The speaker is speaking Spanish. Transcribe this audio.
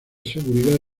seguridad